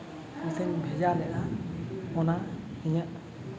ᱱᱟᱥᱮᱧ ᱵᱷᱮᱡᱟ ᱞᱮᱫᱟ ᱚᱱᱟ ᱤᱧᱟᱹᱜ